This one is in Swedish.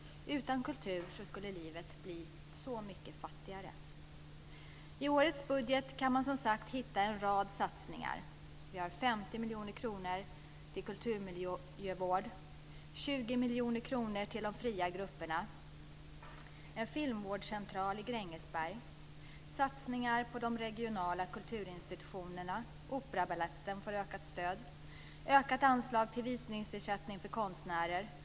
Utan kultur skulle livet bli så mycket fattigare. I årets budget går det att hitta en rad satsningar. Vi har 50 miljoner kronor till kulturmiljövård, 20 miljoner kronor till de fria grupperna, en filmvårdscentral i Grängesberg, satsningar på de regionala kulturinstitutionerna, ökat stöd till Operabaletten och ökat anslag för visningsersättning till konstnärer.